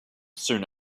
soon